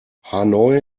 hanoi